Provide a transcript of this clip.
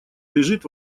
лежит